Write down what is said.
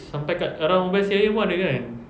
sampai dekat around west area pun ada kan